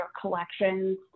collections